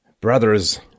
brother's